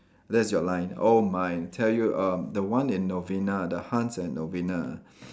that's your line oh my I tell you um the one in Novena the Hans at Novena